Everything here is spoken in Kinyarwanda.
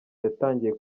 yatangiye